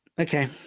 Okay